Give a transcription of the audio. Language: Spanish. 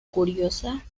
curiosa